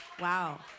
wow